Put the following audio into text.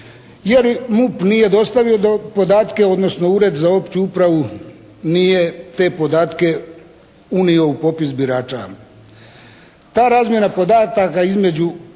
jer MUP nije dostavio podatke, odnosno Ured za opću upravu nije te podatke unio u popis birača. Ta razmjena podataka između